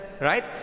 right